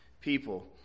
people